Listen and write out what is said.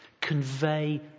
convey